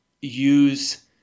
use